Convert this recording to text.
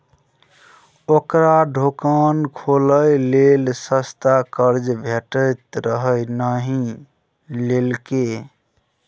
ओकरा दोकान खोलय लेल सस्ता कर्जा भेटैत रहय नहि लेलकै